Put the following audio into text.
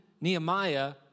Nehemiah